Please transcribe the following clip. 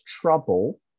trouble